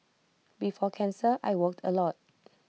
before cancer I worked A lot